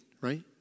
right